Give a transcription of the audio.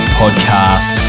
podcast